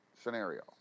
scenario